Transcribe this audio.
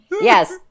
Yes